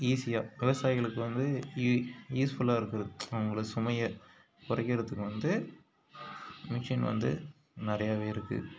ஈஸியாக விவசாயிகளுக்கு வந்து இ யூஸ்ஃபுல்லாக இருக்கிறது அவங்கள சுமையை குறைக்கிறதுக்கு வந்து மிஷின் வந்து நிறையாவே இருக்குது